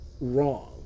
Wrong